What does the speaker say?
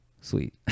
sweet